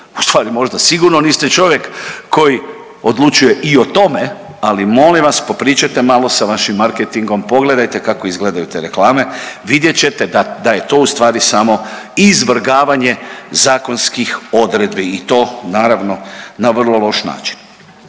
ustvari možda sigurno niste čovjek koji odlučuje i o tome, ali molim vas popričajte malo sa vašim marketingom pogledajte kako izgledaju te reklame, vidjet ćete da je to ustvari samo izvrgavanje zakonskih odredbi i to naravno na vrlo loš način.